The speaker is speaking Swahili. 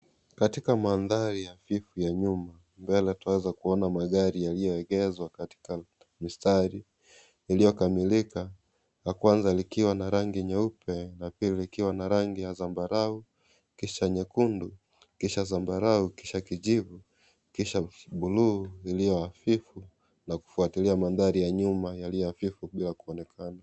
Katika manthari ya hafifu ya nyuma, mbele twaweza kuona magari yaliyoegheshwa katika misitari iliyokamilika la kwanza likiwa na rangi nyeupe la pili likiwa na rangi ya sambarau kisha nyekundu kisha sambarau kisha kijivu kisha buluu iliyo hafifu na kufuatilia manthari ya nyuma yaliyo hafifu bila kuonekaba.